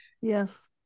Yes